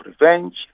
revenge